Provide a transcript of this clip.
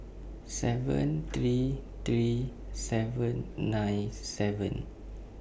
seven three three seven nine seven